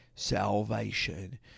salvation